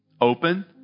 open